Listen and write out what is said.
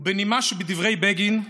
ובנימה שבדברי בגין,